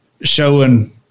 showing